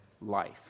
life